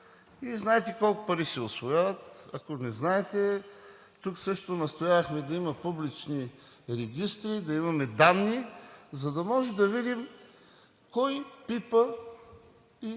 и знаете колко пари се усвояват. Ако не знаете, тук също настоявахме да има публични регистри, да имаме данни, за да можем да видим кой пипа и